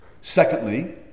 Secondly